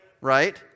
Right